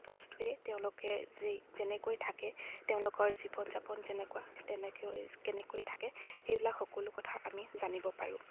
বস্তুৱেই তেওঁলোকে যি যেনেকৈ থাকে তেওঁলোকৰ জীৱন যাপন যেনেকুৱা তেনেকৈ কেনেকৈ থাকে সেইবিলাক সকলো কথা আমি জানিব পাৰোঁ